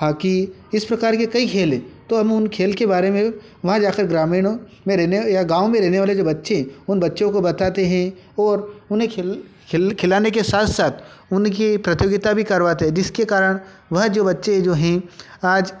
hockey इस प्रकार के कई खेल हैं तो हम उन खेल के बारे में वहाँ जाकर ग्रामीणों में रहने या गाँव में रहने वाले जो बच्चे उन बच्चों को बताते हैं और उन्हें खेल खेल खिलाने के साथ साथ उनकी प्रतियोगिता भी करवाते हैं जिसके कारण वह जो बच्चे जो हैं आज